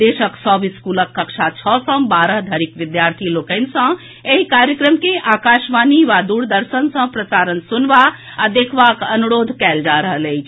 देशक सभ स्कूलक कक्षा छओ सँ बारह धरिक विद्यार्थी लोकनि सँ एहि कार्यक्रम के आकाशवाणी या दूरदर्शन सँ प्रसारण सुनबा आ देखबाक अनुरोध कयल जा रहल अछि